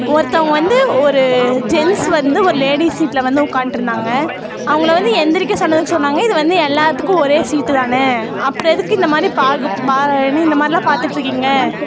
ஒருத்தவங்க வந்து ஒரு ஜென்ஸ் வந்து ஒரு லேடிஸ் சீட்டில் வந்து உட்காந்ட்ருந்தாங்க அவங்கள வந்து எழுந்திரிக்க சொன்னதுக்கு சொன்னாங்க இது வந்து எல்லாத்துக்கும் ஒரே சீட்டு தானே அப்புறோம் எதுக்கு இந்த மாதிரி பாகு பா என்ன இந்த மாதிரில்லாம் பார்த்துட்ருக்கீங்க